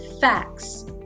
facts